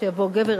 כשיבוא גבר,